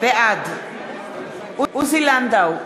בעד עוזי לנדאו,